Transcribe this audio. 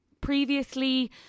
previously